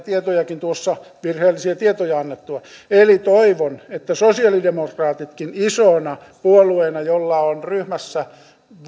tietoja virheellisiä tietoja tuossa annettua eli toivon että sosialidemokraatitkin isona puolueena jolla on ryhmässä